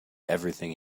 everything